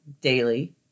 daily